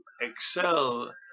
excel